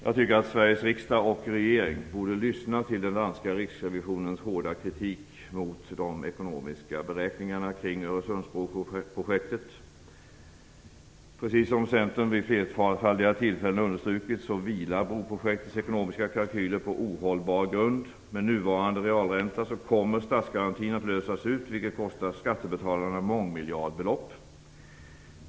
Jag tycker att Sveriges riksdag och regering borde lyssna på den danska riksrevisionens kritik mot de ekonomiska beräkningarna kring Öresundsbroprojektet. Precis som Centern vid flerfaldiga tillfällen har understrukit, vilar broprojektets ekonomiska kalkyler på ohållbar grund. Med nuvarande realränta kommer statsgarantin att lösas ut, vilket kostar skattebetalarna mångmiljardbelopp.